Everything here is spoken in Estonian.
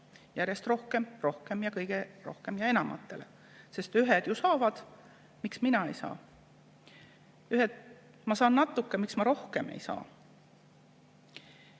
järjest rohkem, rohkem ja veel rohkem ning enamatele. Ühed ju saavad, miks mina ei saa? Ma saan natuke, miks ma rohkem ei saa?